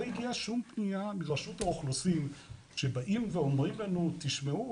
לא הגיעה שום פניה מרשות האוכלוסין שבאים ואומרים לנו תשמעו,